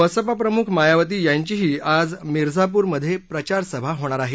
बसपा प्रमुख मायावती यांचीही आज मिरझापूरमधे प्रचारसभा होणार आहे